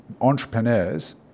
entrepreneurs